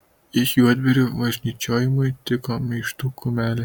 iš juodbėrių važnyčiojimui tiko meištų kumelė